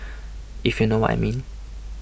if you know what I mean